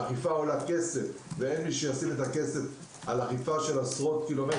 אכיפה עולה כסף ואין מי שישים את הכסף על אכיפה של עשרות ק"מ.